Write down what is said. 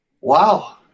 wow